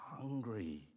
hungry